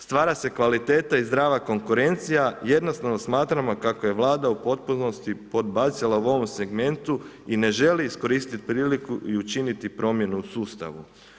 Stvara se kvaliteta i zdrava konkurencija, jednostavno smatramo kako je Vlada u potpunosti podbacila u ovom segmentu i ne želi iskoristi priliku i učiniti promjenu u sustavu.